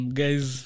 guys